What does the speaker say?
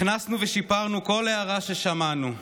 הכנסנו ושיפרנו כל הערה ששמענו.